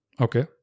Okay